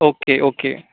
okay okay